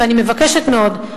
ואני מבקשת מאוד,